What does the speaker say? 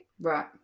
Right